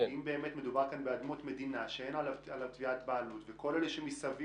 אם באמת מדובר כאן באדמות מדינה שאין עליהן תביעת בעלות וכל אלה שמסביב